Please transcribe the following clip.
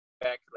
back